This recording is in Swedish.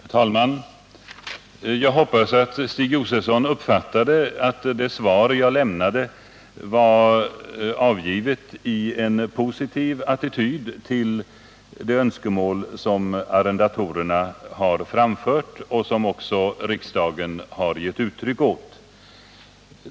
Herr talman! Jag hoppas att Stig Josefson uppfattade att jag i mitt svar hade en positiv attityd till de önskemål som arrendatorerna har framfört. Också riksdagen har givit uttryck åt en sådan inställning.